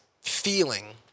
feeling